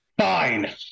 Fine